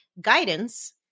guidance